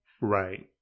Right